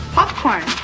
Popcorn